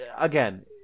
Again